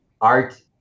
art